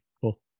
cool